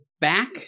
back